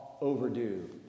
overdue